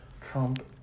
Trump